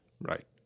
Right